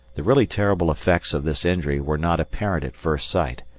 the really terrible effects of this injury were not apparent at first sight,